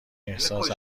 احساس